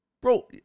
Bro